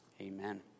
Amen